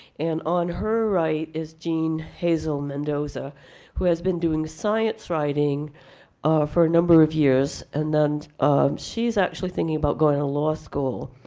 and on her right is jean hazel mendoza who has been doing science writing for a number of years, and then um she's actually thinking about going to law school